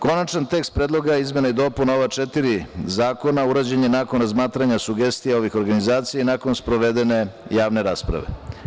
Konačan tekst predloga izmena i dopuna ova četiri zakona urađen je nakon razmatranja sugestija ovih organizacija i nakon sprovedene javne rasprave.